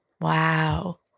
Wow